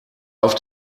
auf